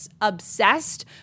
obsessed